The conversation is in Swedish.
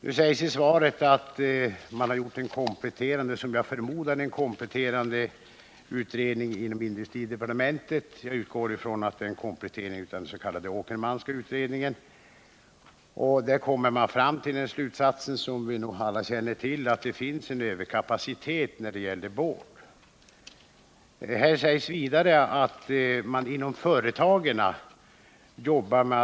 Nu sägs i svaret att det inom industridepartementet har gjorts en utredning. Jag utgår från att det är en komplettering av den s.k. Åkermanska utredningen. Industridepartementet kommer i sin undersökning fram till slutsatsen att det finns en överkapacitet när det gäller boardtillverkning, vilket vi alla känner till.